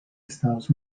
estados